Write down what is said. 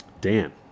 Dan